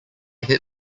hit